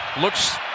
Looks